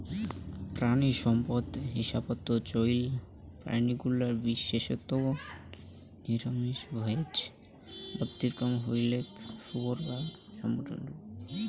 প্রাণীসম্পদ হিসাবত চইল প্রাণীগুলা বিশেষত নিরামিষভোজী, ব্যতিক্রম হইলেক শুয়োর যা সর্বভূক